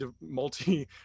multi